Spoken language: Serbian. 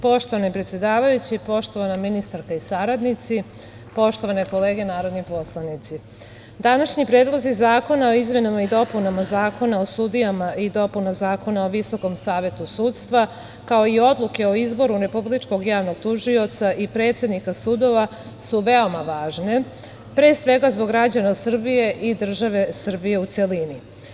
Poštovani predsedavajući, poštovana ministarko i saradnici, poštovane kolege narodni poslanici, današnji predlozi zakona o izmenama i dopunama Zakona o sudijama i dopuna Zakona o VSS, kao i odluke o izboru Republičkog javnog tužioca i predsednika sudova su veoma važne, pre svega zbog građana Srbije i države Srbije u celini.